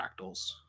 fractals